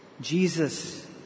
Jesus